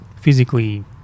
physically